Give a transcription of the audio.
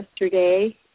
yesterday